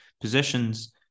positions